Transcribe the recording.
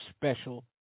special